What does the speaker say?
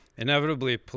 Inevitably